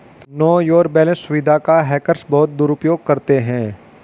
no your balance सुविधा का hackers बहुत दुरुपयोग करते हैं